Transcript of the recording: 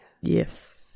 yes